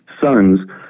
sons